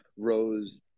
Rose